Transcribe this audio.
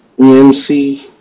EMC